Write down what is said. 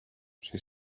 she